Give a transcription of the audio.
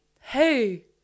hey